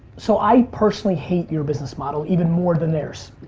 so i personally hate your business model even more than theirs.